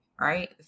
right